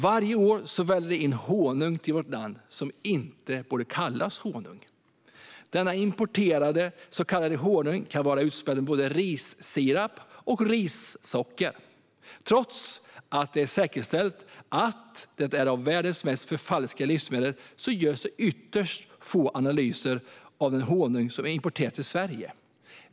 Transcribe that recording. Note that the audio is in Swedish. Varje år väller det in honung som inte borde kallas honung i vårt land. Denna importerade så kallade honung kan vara utspädd med både rissirap och rissocker. Trots att det är säkerställt att det är ett av världens mest förfalskade livsmedel görs ytterst få analyser av den honung som importeras till Sverige.